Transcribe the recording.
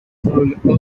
probably